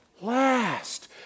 last